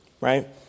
right